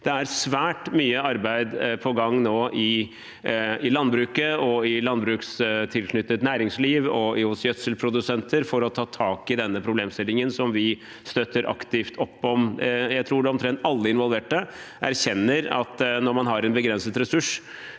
Det er svært mye arbeid på gang nå i landbruket, i landbrukstilknyttet næringsliv og hos gjødselprodusenter for å ta tak i denne problemstillingen, som vi støtter aktivt opp om. Jeg tror omtrent alle involverte erkjenner at når man har en begrenset ressurs